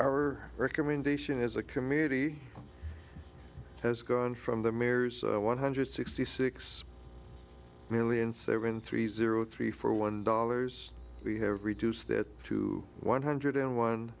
our recommendation as a committee has gone from the mayor's one hundred sixty six million seven three zero three for one dollars we have reduced that to one hundred and one